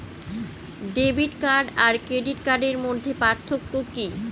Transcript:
Debit card আর credit কার্ডের মধ্যে পার্থক্য কি?